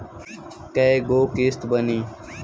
कय गो किस्त बानी?